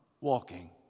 walking